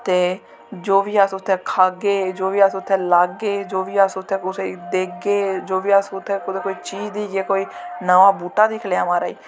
ते जो बी अस उत्थें खाह्गे जो बी अस उत्थें लाग्गे जो बी अस उत्थे कुसे गी देगे जोे बी अस उत्थें कोई चीज़ दी नमां बूह्टा दिक्खी लेई माराज